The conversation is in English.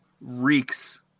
reeks